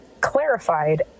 clarified